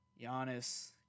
Giannis